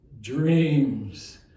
dreams